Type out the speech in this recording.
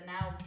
now